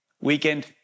weekend